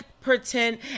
pretend